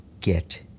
get